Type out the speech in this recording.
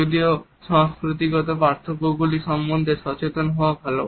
যদিও সংস্কৃতিগত পার্থক্য গুলি সম্বন্ধে সচেতন হওয়া ভালো